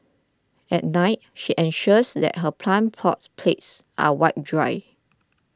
at night she ensures that her plant pot plates are wiped dry